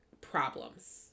problems